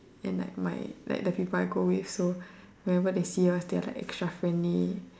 and like my like the people I go with so whenever they see us they are like extra friendly